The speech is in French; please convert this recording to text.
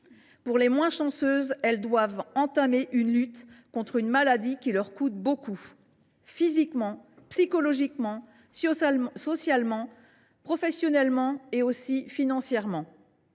Les moins chanceuses doivent alors entamer une lutte contre une maladie qui leur coûte beaucoup : physiquement, psychologiquement, socialement, professionnellement et aussi financièrement.